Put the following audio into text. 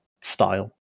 style